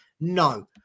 No